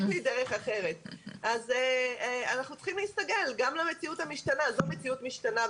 אנחנו צריכים להסתגל גם למציאות המשתנה וזו מציאות משתנה.